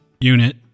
unit